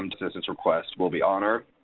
and assistance request will be honored.